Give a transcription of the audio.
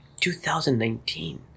2019